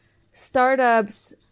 startups –